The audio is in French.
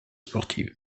sportive